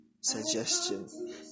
suggestion